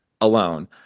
alone